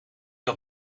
had